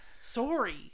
Sorry